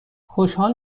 خوشحال